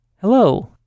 Hello